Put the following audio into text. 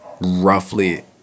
roughly